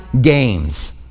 games